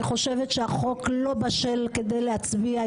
אני חושבת שהחוק לא בשל להצביע עליו.